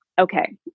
okay